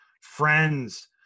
friends